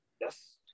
yes